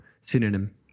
synonym